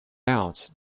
out